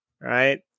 right